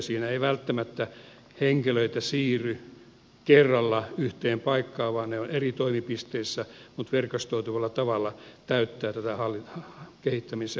siinä ei välttämättä henkilöitä siirry kerralla yhteen paikkaan vaan he ovat eri toimipisteissä mutta verkostoituvalla tavalla täyttävät tätä kehittämis ja